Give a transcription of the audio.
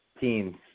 teams